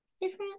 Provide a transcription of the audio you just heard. different